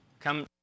Come